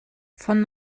von